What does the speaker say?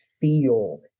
feel